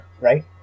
right